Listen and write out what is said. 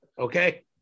Okay